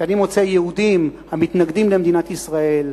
כשאני מוצא יהודים המתנגדים למדינת ישראל,